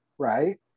right